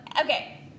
Okay